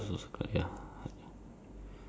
ya so okay that's one difference